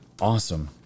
awesome